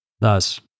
Thus